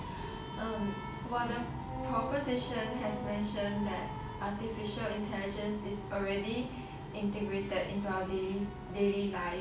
um while the proposition has mentioned that artificial intelligence is already integrated into our daily daily life